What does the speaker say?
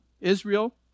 Israel